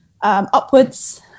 upwards